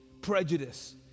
prejudice